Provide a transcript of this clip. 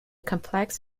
complex